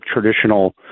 traditional